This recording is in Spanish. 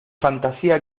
fantasía